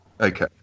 Okay